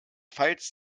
pfalz